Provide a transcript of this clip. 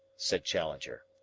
said challenger.